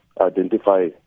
identify